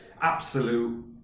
absolute